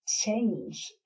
change